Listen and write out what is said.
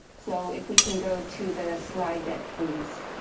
so if we can go to the slide deck, please.